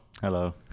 hello